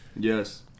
Yes